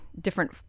different